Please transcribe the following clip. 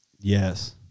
Yes